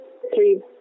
three